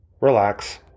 relax